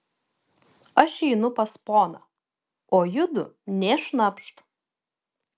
aš einu pas poną o judu nė šnapšt